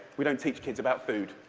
we don't teach kids about food,